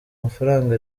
amafaranga